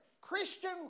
Christian